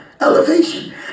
elevation